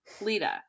Lita